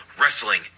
Wrestling